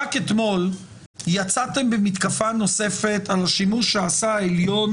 רק אתמול יצאתם במתקפה נוספת על השימוש שעשה העליון